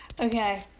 Okay